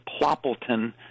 Ploppleton